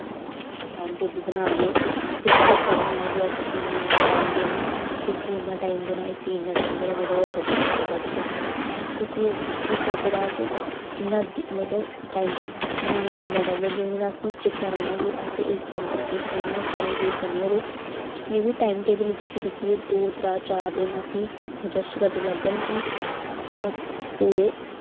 time table बना गे ते असें ए पता होना कि असें इन्ना इन्ना टाइम देना इस्सी इन्ना टाइम देना इस्सी इन्ना टाइम देना जेह्ड़ा जेह्ड़ा सब्जैक्ट होगा ठीक ऐ उस्सी उस स्हाबै दा अस इन्ना मतलब टाइम टेबल बनाना इन्ना टाइप दा जेह्दे कन्नै असें चेता रोह्ना कि असे इस टाइम उप्पर ए चीज पढ़नी इस टाइम ए चीज पढ़नी ऐ ते में बी टाइम टेबल ही दिक्खी दिक्खियै दो त्रै चार दिन असी एडजस्ट करदे लग्गन फ्ही अस पूरे